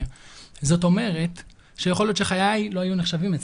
זאת אומרת, שיכול להיות שחיי לא היו נחשבים אצלי.